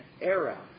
era